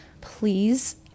please